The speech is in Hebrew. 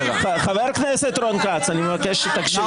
חבר הכנסת רון כץ, אני מבקש שתקשיב.